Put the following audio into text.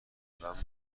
ادامس